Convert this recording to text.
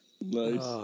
Nice